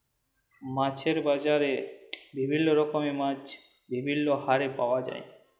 মাছের বাজারে বিভিল্য রকমের মাছ বিভিল্য হারে পাওয়া যায়